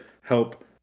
help